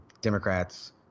Democrats